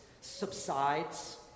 subsides